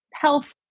health